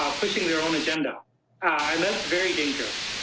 um pushing their own agenda and that's very dangerous.